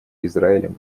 израилем